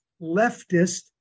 leftist